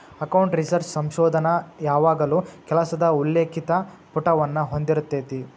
account research ಸಂಶೋಧನ ಯಾವಾಗಲೂ ಕೆಲಸದ ಉಲ್ಲೇಖಿತ ಪುಟವನ್ನ ಹೊಂದಿರತೆತಿ